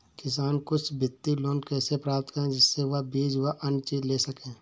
किसान कुछ वित्तीय लोन कैसे प्राप्त करें जिससे वह बीज व अन्य चीज ले सके?